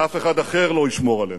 שאף אחד אחר לא ישמור עלינו.